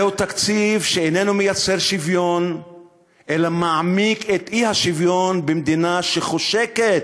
זהו תקציב שאיננו מייצר שוויון אלא מעמיק את האי-שוויון במדינה שחושקת,